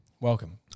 welcome